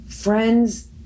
friends